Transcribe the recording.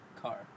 car